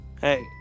Hey